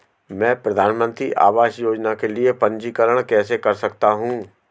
मैं प्रधानमंत्री आवास योजना के लिए पंजीकरण कैसे कर सकता हूं?